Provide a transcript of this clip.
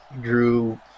drew